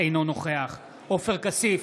אינו נוכח עופר כסיף,